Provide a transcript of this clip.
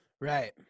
Right